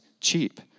cheap